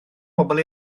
bobol